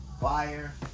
fire